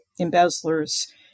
embezzlers